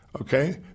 okay